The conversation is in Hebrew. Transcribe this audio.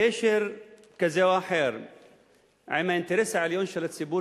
קשר כזה או אחר עם האינטרס העליון של הציבור